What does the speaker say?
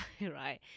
right